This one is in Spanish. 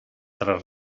tras